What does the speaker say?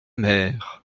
mer